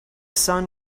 sun